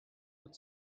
but